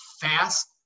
fast